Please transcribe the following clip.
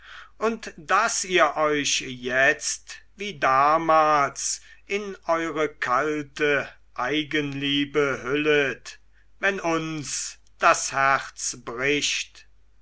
und daß ihr euch jetzt wie damals in eure kalte eigenliebe hüllet wenn uns das herz bricht